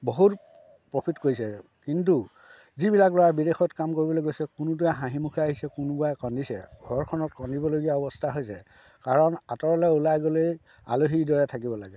বহুত প্ৰফিট কৰিছে কিন্তু যিবিলাক ল'ৰা বিদেশত কাম কৰিবলৈ গৈছে কোনোটোৱে হাঁহিমুখে আহিছে কোনোবাই কান্দিছে ঘৰখনত কান্দিবলগীয়া অৱস্থা হৈ যায় কাৰণ আঁতৰলৈ ওলাই গ'লেই আলহীৰ দৰে থাকিব লাগে